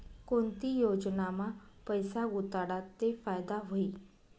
कोणती योजनामा पैसा गुताडात ते फायदा व्हई?